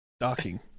Docking